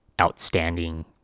outstanding